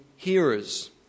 hearers